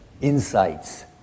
insights